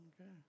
Okay